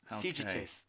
Fugitive